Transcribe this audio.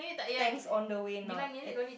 thanks on the way not it